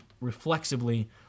reflexively